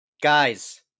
Guys